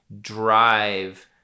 drive